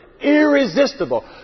irresistible